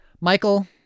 Michael